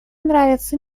нравится